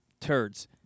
turds